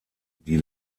die